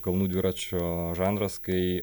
kalnų dviračio žanras kai